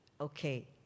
Okay